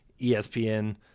ESPN